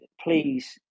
please